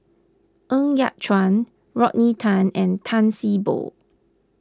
Ng Yat Chuan Rodney Tan and Tan See Boo